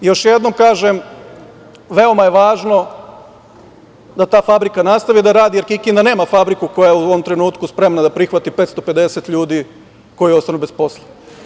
Još jednom kažem, veoma je važno da ta fabrika nastavi da radi, jer Kikinda nema fabriku koja je u ovom trenutku spremna da prihvati 550 ljudi koji ostanu bez posla.